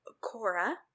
Cora